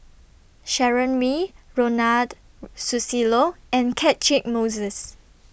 Sharon Wee Ronald Susilo and Catchick Moses